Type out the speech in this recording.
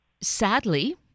sadly